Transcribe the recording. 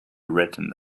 retina